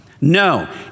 No